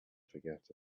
forget